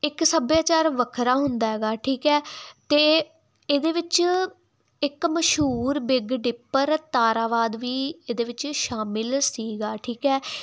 ਇੱਕ ਸੱਭਿਆਚਾਰ ਵੱਖਰਾ ਹੁੰਦਾ ਹੈਗਾ ਠੀਕ ਹ ਤੇ ਇਹਦੇ ਵਿੱਚ ਇੱਕ ਮਸ਼ਹੂਰ ਬਿੱਗ ਡਿੱਪਰ ਤਾਰਾਵਾਦ ਵੀ ਇਹਦੇ ਵਿੱਚ ਸ਼ਾਮਿਲ ਸੀਗਾ ਠੀਕ ਹੈ